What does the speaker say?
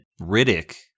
Riddick